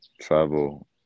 travel